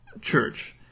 Church